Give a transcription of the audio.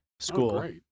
School